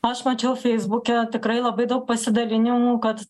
aš mačiau feisbuke tikrai labai daug pasidalinimų kad